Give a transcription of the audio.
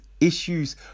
issues